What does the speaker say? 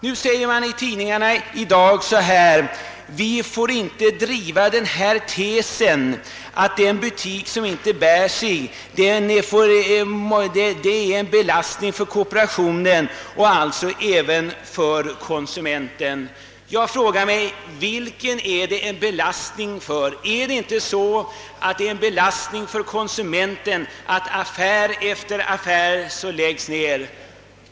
Nu säger man i dagens tidningar, att en butik som inte bär sig är en belastning för kooperationen och alltså även för konsumenten. Jag frågar mig, för vem är det en belastning? Är det inte en belastning för konsumenten att affär efter affär läggs ned?